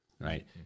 right